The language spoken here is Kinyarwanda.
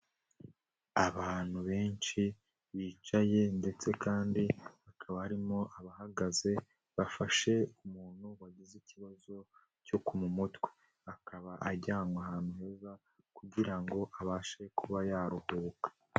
Abantu benshi bicaye ndetse kandi bakaba barimo abahagaze bafashe umuntu wagize ikibazo cyo mu mutwe, akaba ajyanywe ahantu heza kugira ngo abashe kuba yaruhuka.